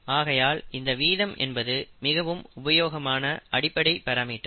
ஆகையால் இந்த வீதம் என்பது மிகவும் உபயோகமான அடிப்படை பராமீட்டர்